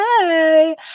Hey